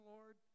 Lord